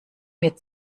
mir